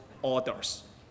orders